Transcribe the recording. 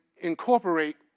incorporate